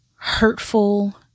hurtful